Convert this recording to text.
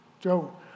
Joe